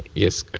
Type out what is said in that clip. yes,